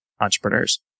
entrepreneurs